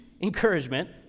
encouragement